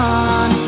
on